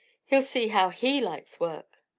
he'll see how he likes work!